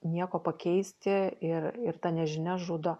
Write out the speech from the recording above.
nieko pakeisti ir ir ta nežinia žudo